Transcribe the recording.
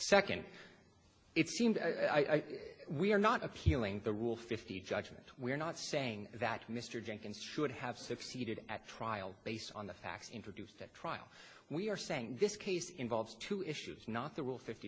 second it seemed we are not appealing the rule fifty judgement we are not saying that mr jenkins should have succeeded at trial based on the facts introduced at trial we are saying this case involves two issues not the rule fifty